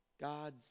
God's